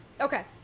Okay